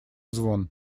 звон